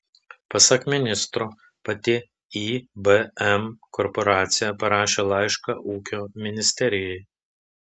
pasak ministro pati ibm korporacija parašė laišką ūkio ministerijai